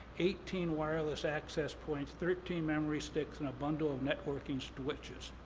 eighteen wireless access points, thirteen memory sticks, and a bundle of networking switches.